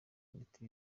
imiti